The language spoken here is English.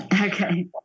Okay